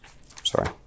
Sorry